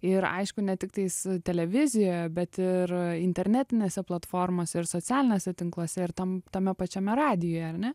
ir aišku ne tik tais televizijoje bet ir internetinėse platformose ir socialiniuose tinkluose ir tam tame pačiame radijuje ar ne